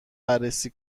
بررسی